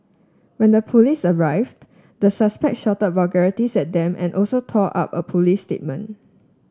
when the police arrived the suspect shouted vulgarities at them and also tore up a police statement